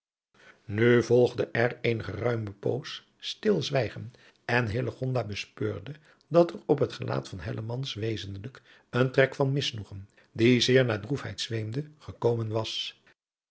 nu volgde er eene geruime poos stilzwijgen en hillegonda bespeurde dat er op het gelaat van hellemans wezenlijk een trek van misnoegen die zeer naar droefheid zweemde gekomen was